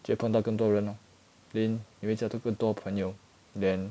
就碰到更多人 lor 你会交到更多朋友 then